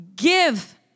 Give